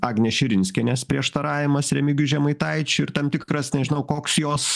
agnės širinskienės prieštaravimas remigijui žemaitaičiui ir tam tikras nežinau koks jos